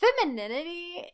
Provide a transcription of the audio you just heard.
femininity